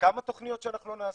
כמה תכניות שלא נעשה,